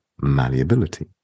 malleability